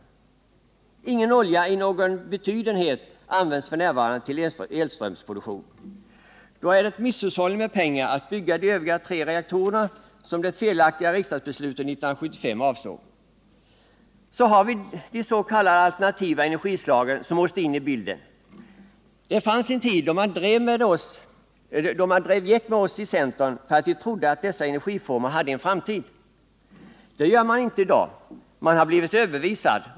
Olja används inte i någon betydenhet f. n. till elströmsproduktion. Det är alltså misshushållning med pengar att bygga de övriga tre reaktorer som det felaktiga riksdagsbeslutet 1975 avsåg. De s.k. alternativa energislagen måste också in i bilden. Det fanns en tid då man drev gäck med oss i centern för att vi trodde att dessa energiformer hade en framtid. Det gör man inte i dag — man har blivit överbevisad.